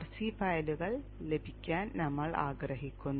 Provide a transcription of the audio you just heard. rc ഫയലുകൾ ലഭിക്കാൻ നമ്മൾ ആഗ്രഹിക്കുന്നു